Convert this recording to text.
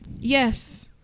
Yes